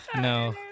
no